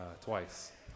twice